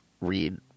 read